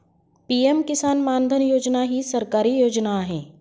PM Kisan Maandhan योजना ही सरकारी योजना आहे